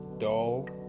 dull